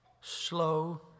slow